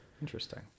Interesting